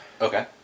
Okay